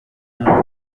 nkuko